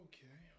Okay